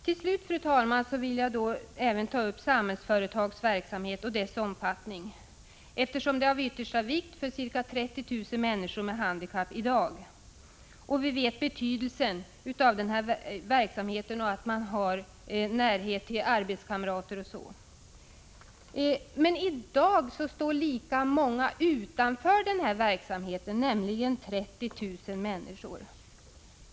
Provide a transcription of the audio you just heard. Till slut, fru talman, vill jag ta upp Samhällsföretags verksamhet och dess omfattning, eftersom den är av yttersta vikt för ca 30 000 människor med handikapp i dag. Vi vet betydelsen av denna verksamhet och av att man har närhet till arbetskamrater. Men i dag står lika många utanför denna verksamhet, alltså 30 000 människor.